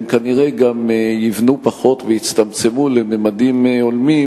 הם כנראה גם יבנו פחות ויצטמצמו לממדים הולמים